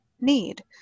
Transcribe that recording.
need